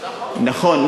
נכון.